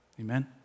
Amen